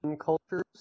cultures